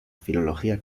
filología